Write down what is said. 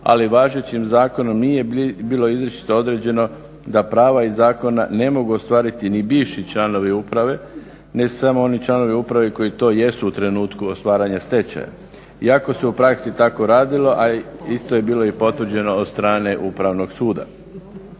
ali važećim zakonom nije bilo izričito određeno da prava iz zakona ne mogu ostvariti ni bivši članovi uprave, ne samo oni članovi uprave koji to jesu u trenutku otvaranja stečaja. Iako se u praksi tako radili, a isto je bilo i potvrđeno od strane Upravnog suda.